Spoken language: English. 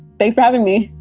thanks for having me